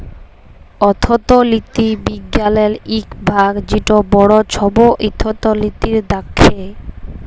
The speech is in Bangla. অথ্থলিতি বিজ্ঞালের ইক ভাগ যেট বড় ছব অথ্থলিতি দ্যাখে